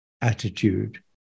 attitude